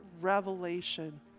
revelation